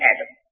Adam